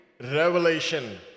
revelation